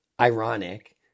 ironic